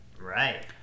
right